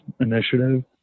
Initiative